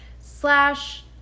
Slash